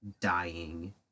dying